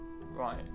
right